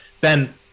Ben